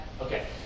Okay